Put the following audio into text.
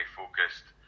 focused